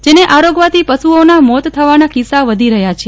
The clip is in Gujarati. જેને આરોગવાથી પશઓના મોત થવાના કીસ્સા વધી રહયા છે